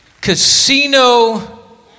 Casino